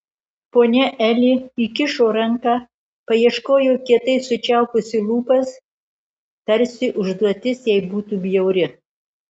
ponia eli įkišo ranką paieškojo kietai sučiaupusi lūpas tarsi užduotis jai būtų bjauri